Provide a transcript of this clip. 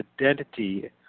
identity